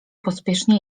pośpiesznie